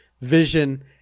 vision